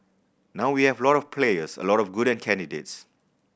now we have a lot of players a lot of good candidates